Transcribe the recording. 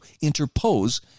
interpose